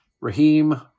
Raheem